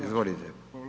Izvolite.